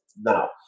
Now